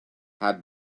had